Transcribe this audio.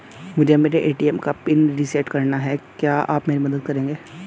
मुझे मेरे ए.टी.एम का पिन रीसेट कराना है क्या आप मेरी मदद करेंगे?